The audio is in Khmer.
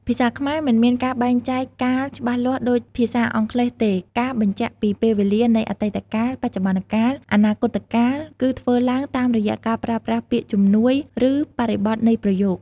ភាសាខ្មែរមិនមានការបែងចែក កាល ច្បាស់លាស់ដូចភាសាអង់គ្លេសទេ ការបញ្ជាក់ពីពេលវេលានៃអតីតកាល បច្ចុប្បន្នកាល អនាគតកាល គឺធ្វើឡើងតាមរយៈការប្រើប្រាស់ពាក្យជំនួយ ឬបរិបទនៃប្រយោគ។